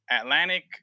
Atlantic